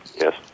yes